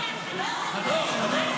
עברו.